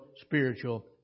spiritual